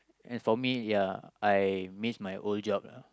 and for me ya I miss my old job lah